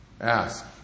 Ask